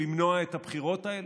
למנוע את הבחירות האלה,